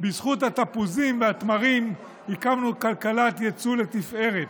בזכות התפוזים והתמרים הקמנו כלכלת יצוא לתפארת.